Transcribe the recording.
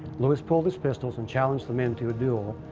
lewis pulled his pistols and challenged the men to a duel,